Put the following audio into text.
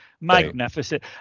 magnificent